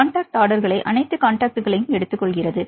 contact ஆர்டர்கள் அனைத்து காண்டாக்ட்களையும் எடுத்துக்கொள்கிறது